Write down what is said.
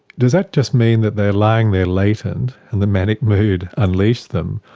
does that just mean that they are lying there latent and the manic mood unleashed them,